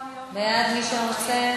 לאיזו ועדה אתם רוצים להעביר,